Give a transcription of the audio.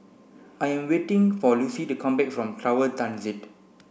I am waiting for Lucie to come back from Tower Transit